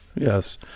yes